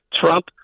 Trump